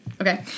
Okay